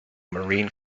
marine